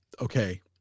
Okay